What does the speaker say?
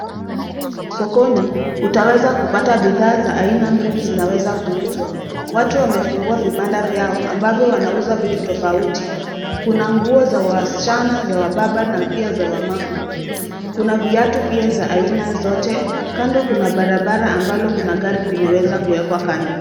Sokoni utaweza kupata bidhaa za aina mingi zinaweza kuuzwa. Watu wamefungua vibanda vyao ambavyo wanauza vitu tofauti. Kuna nguo za wasichana, za wababa, na pia za wamama. Kuna viatu pia za aina zote, kando kuna barabara ambalo kuna gari limeweza kuwekwa kando.